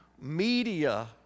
media